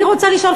אני רוצה לשאול,